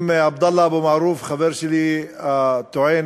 אם עבדאללה אבו מערוף, חבר שלי, טוען